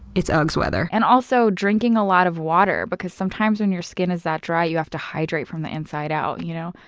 it's uggs weather. and also, drinking a lot of water, because sometimes when your skin is that dry, you have to hydrate from the inside out. you know?